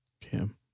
Kim